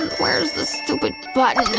where's the stupid button?